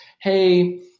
Hey